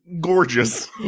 gorgeous